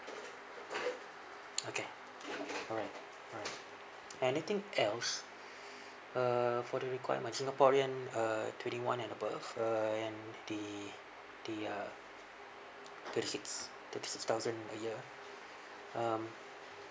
okay alright alright anything else uh for the requirement singaporean uh twenty one and above uh and the the uh thirty six thirty six thousand a year um